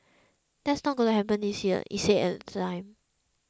that's not going happen this year it said at the time